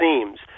seems